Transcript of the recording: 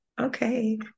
Okay